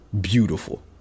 beautiful